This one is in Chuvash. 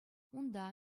унта